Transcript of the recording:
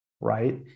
Right